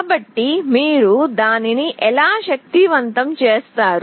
కాబట్టి మీరు దానిని ఎలా శక్తివంతం చేస్తారు